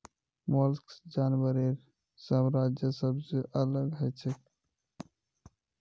mollusc जानवरेर साम्राज्यत सबसे अलग हछेक